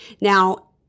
Now